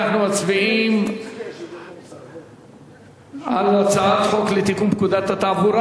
אנחנו מצביעים על הצעת חוק לתיקון פקודת התעבורה,